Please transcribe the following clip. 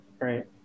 right